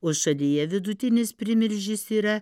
o šalyje vidutinis primilžis yra